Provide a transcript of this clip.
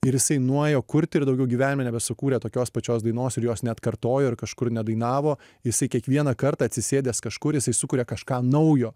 ir jisai nuėjo kurti ir daugiau gyvenime nebesukūrė tokios pačios dainos ir jos neatkartojo ir kažkur nedainavo jisai kiekvieną kartą atsisėdęs kažkur jisai sukuria kažką naujo